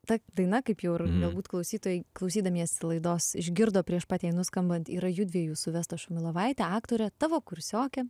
ta daina kaip jau ir galbūt klausytojai klausydamiesi laidos išgirdo prieš pat jai nuskambant yra judviejų su vesta šumilovaite aktore tavo kursioke